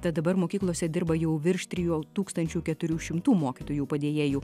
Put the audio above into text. tad dabar mokyklose dirba jau virš trijau tūkstančių keturių šimtų mokytojų padėjėjų